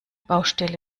baustelle